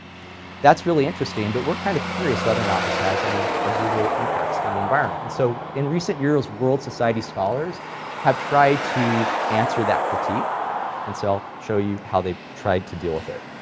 that's really interesting, but we're kind of curious whether or not this has any observable impacts on the environment and so in recent years world society scholars have tried to answer that critique and so i'll show you how they've tried to deal with it.